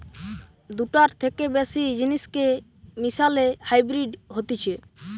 দুটার থেকে বেশি জিনিসকে মিশালে হাইব্রিড হতিছে